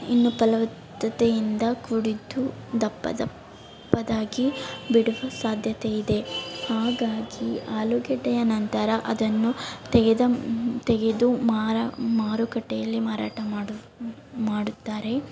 ಇನ್ನೂ ಫಲವತ್ತತೆಯಿಂದ ಕೂಡಿದ್ದು ದಪ್ಪ ದಪ್ಪದಾಗಿ ಬಿಡುವ ಸಾಧ್ಯತೆ ಇದೆ ಹಾಗಾಗಿ ಆಲೂಗೆಡ್ಡೆಯ ನಂತರ ಅದನ್ನು ತೆಗೆದ ತೆಗೆದು ಮಾರ ಮಾರುಕಟ್ಟೆಯಲ್ಲಿ ಮಾರಾಟ ಮಾಡು ಮಾಡುತ್ತಾರೆ